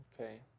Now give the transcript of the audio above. Okay